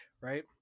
right